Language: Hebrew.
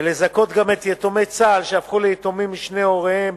ולזכות גם את יתומי צה"ל שהפכו ליתומים משני הוריהם